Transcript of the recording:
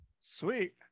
Sweet